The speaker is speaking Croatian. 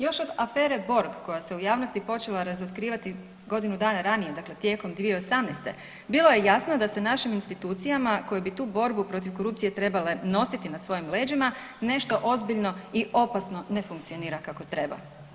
Još od afere Borg koja se u javnosti počela razotkrivati godinu dana ranije, dakle tijekom 2018. bilo je jasno da se našim institucijama koje bi tu borbu protiv korupcije trebale nositi na svojim leđima nešto ozbiljno i opasno ne funkcionira kako treba.